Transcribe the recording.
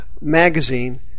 magazine